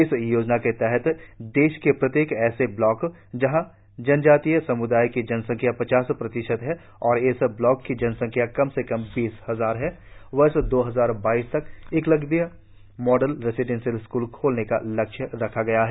इस योजना के तहत देश के प्रत्येक ऐसे बलाक जहां जनजातीय सम्दाय की जनसंख्या पचास प्रतिशत है और इस ब्लाक की जनसंख्या कम से कम बीस हजार है वर्ष दो हजार बाईस तक एकलव्य मॉडल रेजिडेंसियल स्क्ल खोलने का लक्ष्य रखा गया है